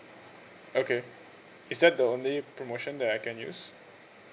okay is that the only promotion that I can use